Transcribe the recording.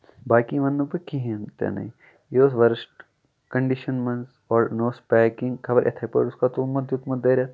باقٕے وَننہٕ نہٕ بہٕ کِہینۍ تہٕ نٕے یہِ اوس ؤرٕسٹ کِنڈِشن منٛز نہ اوس پیکِنگ خبر یِتھٕے پٲٹھۍ اوس کھا تھوٚومُت دیُتمُت دٲرِتھ